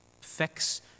Fix